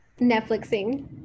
Netflixing